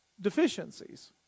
deficiencies